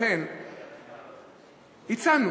לכן הצענו